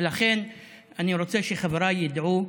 ולכן אני רוצה שחבריי ידעו: